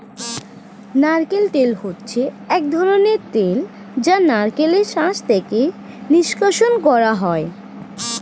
নারকেল তেল হচ্ছে এক ধরনের তেল যা নারকেলের শাঁস থেকে নিষ্কাশণ করা হয়